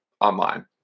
online